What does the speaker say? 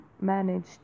managed